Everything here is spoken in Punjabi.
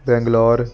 ਬੈਂਗਲੋਰ